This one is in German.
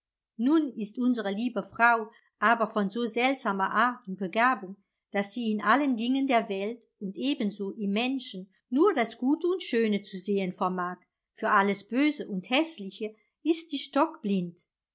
nun ist unsere liebe frau aber von so seltsamer art und begabung daß sie in allen dingen der welt und ebenso im menschen nur das gute und schöne zu sehen vermag für alles böse und häßliche ist sie